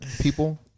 people